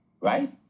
right